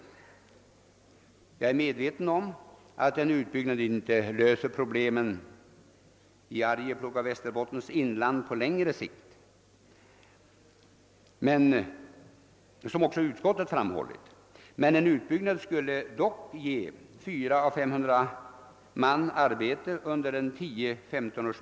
Jag är medveten om att en utbyggnad inte löser problemen i Arjeplog och Västerbottens inland på längre sikt, vilket också utskottet framhållit, men den skulle ge 400—500 man arbete under en period av 10—15 år.